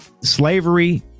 slavery